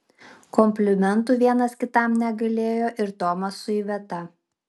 komplimentų vienas kitam negailėjo ir tomas su iveta